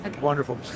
Wonderful